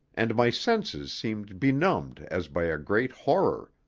and my senses seemed benumbed as by a great horror.